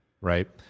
right